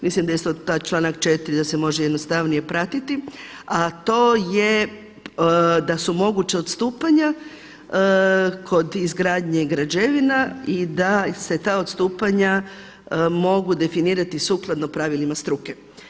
Mislim da isto taj članak 4. da se može jednostavnije pratiti, a to je da su moguća odstupanja kod izgradnje građevina i da se ta odstupanja mogu definirati sukladno pravilima struke.